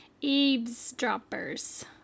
Eavesdroppers